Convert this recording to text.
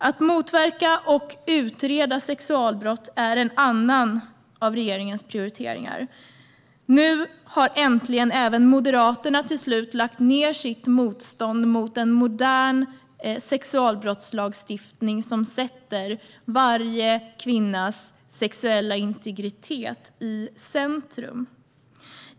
Att motverka och utreda sexualbrott är en annan av regeringens prioriteringar. Nu har även Moderaterna till slut lagt ned sitt motstånd mot en modern sexualbrottslagstiftning som sätter varje kvinnas sexuella integritet i centrum.